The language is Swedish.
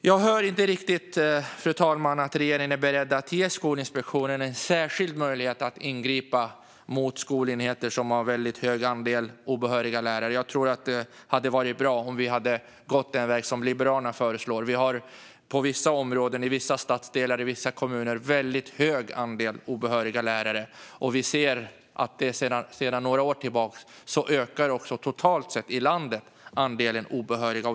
Jag hör inte riktigt att regeringen är beredd att ge Skolinspektionen en särskild möjlighet att ingripa mot skolenheter som har väldigt stor andel obehöriga lärare. Det hade varit bra om vi hade kunnat gå den väg som Liberalerna föreslår. I vissa områden, stadsdelar och kommuner finns en väldigt stor andel obehöriga lärare. Sedan några år tillbaka ökar dessutom andelen obehöriga i landet totalt sett.